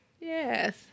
Yes